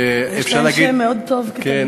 יש להם שם מאוד טוב, כחרדים.